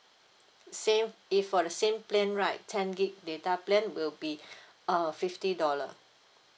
same if for the same plan right ten gig data plan will be err fifty dollar